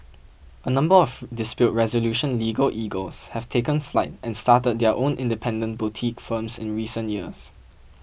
number of dispute resolution legal eagles have taken flight and started their own independent boutique firms in recent years